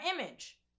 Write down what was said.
image